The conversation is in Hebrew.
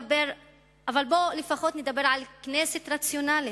אבל בואו לפחות נדבר על כנסת רציונלית,